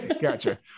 Gotcha